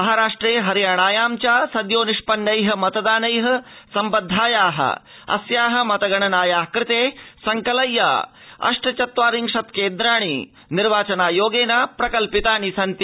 महाराष्ट्रे हरियाणाया च स्योनिष्पन्नैः मतदानैः सम्बद्धायाः अस्याः मतगणनायाः कृते सक्कल्प्य अष्टचत्वारिशत् केद्राणि निर्वाचनायोगेन प्रकल्पितानि सन्ति